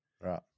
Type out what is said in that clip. Right